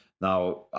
Now